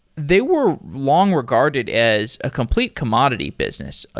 they were long regarded as a complete commodity business. ah